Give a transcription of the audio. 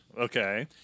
Okay